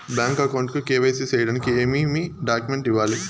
Bank account కు KYC సేయడానికి ఏమేమి డాక్యుమెంట్ ఇవ్వాలి?